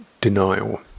denial